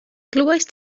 glywaist